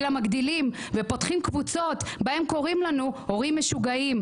הם גם פותחים קבוצות שבהן הם קוראים לנו הורים משוגעים,